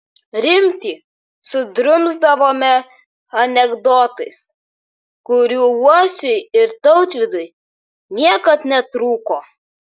rimtį sudrumsdavome anekdotais kurių uosiui ir tautvydui niekad netrūko